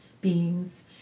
beings